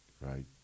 right